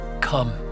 Come